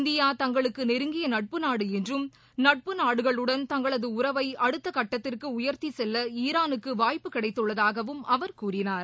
India தங்களுக்கு நெருங்கிய நட்பு நாடு என்றும் நட்பு நாடுகளுடன் தங்களது உறவை அடுத்த கட்டத்திற்கு உயர்த்தி செல்ல ஈரானுக்கு வாய்ப்பு கிடைத்துள்ளதாகவும் அவர் கூறினார்